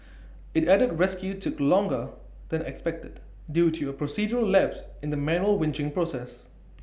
IT added rescue took longer than expected due to A procedural lapse in the manual winching process